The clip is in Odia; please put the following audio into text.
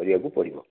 କରିବାକୁ ପଡ଼ିବ